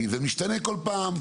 כי זה משתנה כל פעם.